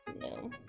no